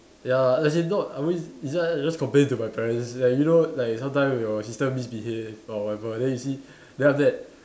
ya as in not I always I just I just complain to my parents like you know like sometimes your sister misbehave or whatever then you see then after that